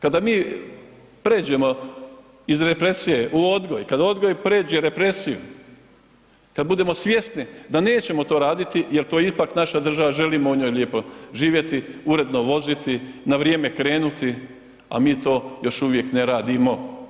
Kada mi pređemo iz represije u odgoj, kada odgoj pređe represiju, kada budemo svjesni da nećemo to raditi jer to je ipak naša država, želimo u njoj lijepo živjeti, uredno voziti, na vrijeme krenuti a mi to još uvijek ne radimo.